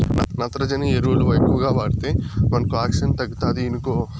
నత్రజని ఎరువులు ఎక్కువగా వాడితే మనకు ఆక్సిజన్ తగ్గుతాది ఇనుకో